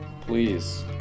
Please